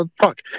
Fuck